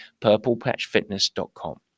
purplepatchfitness.com